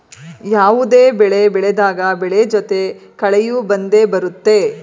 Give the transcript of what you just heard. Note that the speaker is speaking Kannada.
ಯಾವುದೇ ಬೆಳೆ ಬೆಳೆದಾಗ ಬೆಳೆ ಜೊತೆ ಕಳೆಯೂ ಬಂದೆ ಬರುತ್ತೆ